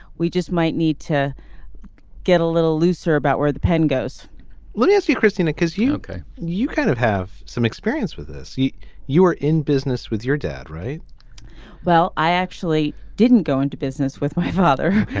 we just might need to get a little looser about where the pen goes let me ask you christina because you ok you kind of have some experience with this. you were in business with your dad right well i actually didn't go into business with my father.